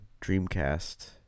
Dreamcast